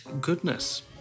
goodness